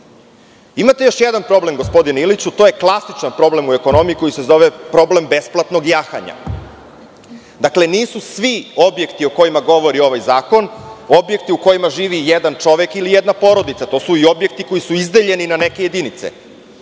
još jedan problem, gospodine Iliću, to je klasičan problem u ekonomiji koji se zove problem besplatnog jahanja. Dakle, nisu svi objekti o kojima govori ovaj zakon, objekti u kojima živi jedan čovek ili jedna porodica, to su i objekti koji su izdeljeni na neke jedinice.